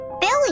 Billy